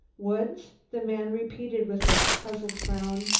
woods? the man repeated with a puzzled frown.